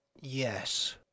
Yes